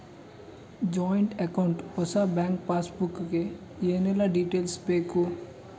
Joint account ಹೊಸ bank passbook ಗೆ ಏನೆಲ್ಲ ಡೀಟೇಲ್ಸ್ ಬೇಕು?